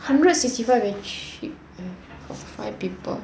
hundred sixty five very cheap eh for five people